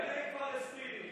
יש הרי מיליוני פלסטינים.